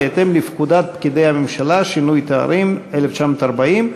בהתאם לפקודת פקידי הממשלה (שינוי תארים), 1940,